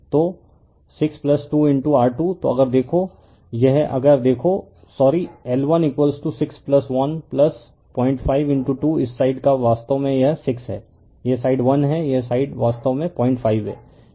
तो 62R2 तोअगर देखो यह अगर देखो सॉरी L161052 इस साइड का वास्तव में यह 6 है यह साइड 1 है यह साइड वास्तव में 05 है यह गैप वास्तव में 05 है